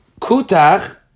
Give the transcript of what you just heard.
Kutach